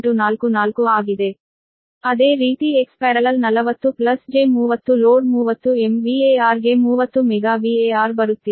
ಅದೇ ರೀತಿ Xparallel 40j30 load 30 MVAR ಗೆ 30 ಮೆಗಾ VAR ಬರುತ್ತಿದೆ